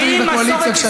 הקואליציה,